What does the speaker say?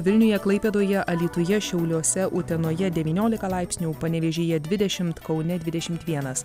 vilniuje klaipėdoje alytuje šiauliuose utenoje devyniolika laipsnių panevėžyje dvidešimt kaune dvidešimt vienas